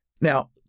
Now